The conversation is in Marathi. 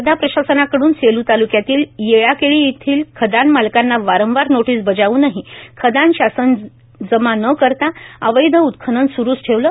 वर्धा प्रशासनाकडून सेलू तालुक्यातील येळाकेळी येथील खदान मालकांना वारंवार नोटीस बजावनही खदान शासन जमा न करता अवैध उत्खनन सुरुच ठेवले